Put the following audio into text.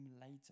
later